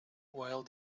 while